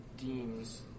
deems